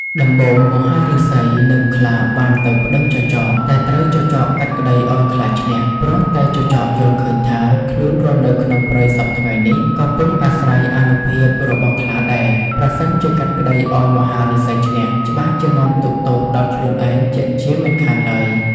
ដំបូង មហាឫសី និងខ្លាបានទៅប្តឹងចចក តែត្រូវចចកកាត់ក្តីឱ្យខ្លាឈ្នះ ព្រោះតែចចកយល់ឃើញថា ខ្លួន រស់នៅក្នុងព្រៃសព្វថ្ងៃនេះ ក៏ពឹងអាស្រ័យអានុភាពរបស់ខ្លាដែរ ប្រសិនជាកាត់ក្តីឱ្យមហាឫសីឈ្នះ ច្បាស់ជានាំទុក្ខទោសដល់ខ្លួនឯងជាក់ជាមិនខានឡើយ។